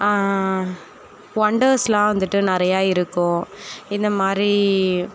ஒண்டெர்ஸ்லாம் வந்துட்டு நிறையா இருக்கும் இந்தமாதிரி